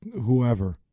whoever